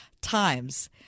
times